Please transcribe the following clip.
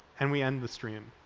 and we end the stream.